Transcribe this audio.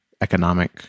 economic